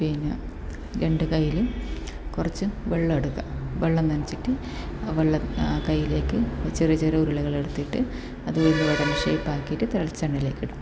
പിന്നെ രണ്ടു കൈയിലും കുറച്ച് വെള്ളം എടുക്കുക വെള്ളം നനച്ചിട്ട് വെള്ളം കൈയ്യിലേക്ക് ചെറിയ ചെറിയ ഉരുളകൾ എടുത്തിട്ട് അത് ഉഴുന്നുവടയുടെ ഷേപ്പ് ആക്കിയിട്ട് തിളച്ച എണ്ണയിലേക്ക് ഇടുക